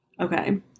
okay